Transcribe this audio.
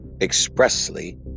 expressly